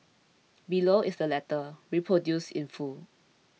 below is the letter reproduced in full